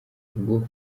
bwo